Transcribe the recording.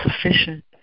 sufficient